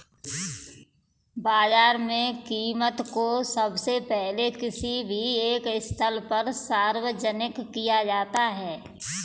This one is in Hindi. बाजार में कीमत को सबसे पहले किसी भी एक स्थल पर सार्वजनिक किया जाता है